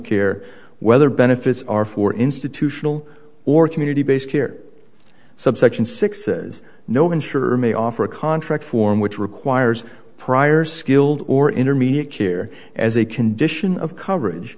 care whether benefits are for institutional or community based care subsection six is no insurer may offer a contract form which requires prior skilled or intermediate care as a condition of coverage